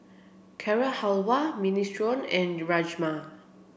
Carrot Halwa Minestrone and Rajma